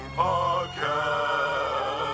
podcast